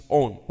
own